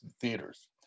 theaters